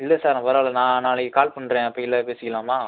இல்லை சார் பரவாயில்லை நான் நாளைக்கு கால் பண்ணுறேன் அப்பையில பேசிக்கலாமா